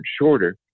shorter